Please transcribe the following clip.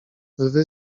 lwy